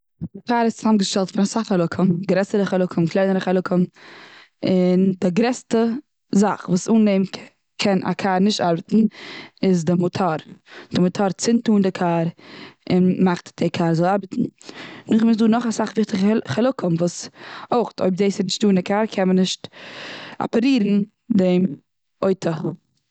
קאר איז צוזאמגעשטעלט פון אסאך חלקים, גרעסערע חלקים, קלענערע חלקים. און די גרעסטע זאך וואס אן דעם קען א קאר נישט ארבעטן איז די מאטאר. די מאטאר צינדט אן די קאר און מאכט די קאר זאל ארבעטן. נאכדעם איז דא נאך אסאך וויכטיגע חלקים, וואס אויכט אויב דאס איז נישט דא און די קאר קען מען נישט אפערירן דעם אויטא.